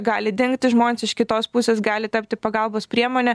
gali dingti žmonės iš kitos pusės gali tapti pagalbos priemone